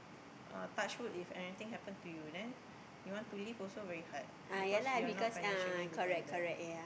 uh touchwood if anything happen to you then you want to leave also very hard because you are not financially independent